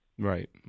Right